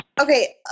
Okay